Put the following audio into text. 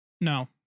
No